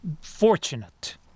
fortunate